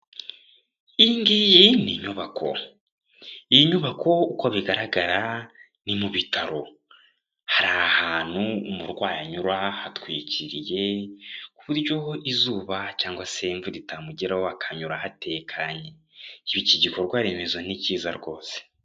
Iyi ngiyi ni inyubako. Iyi nyubako uko bigaragara ni mu Bitaro. Hari ahantu umurwayi anyura hatwikiriye ku buryo izuba cyangwa se imvura itamugeraho, akahanyura hatekanye. Iki gikorwaremezo ni kiza rwose.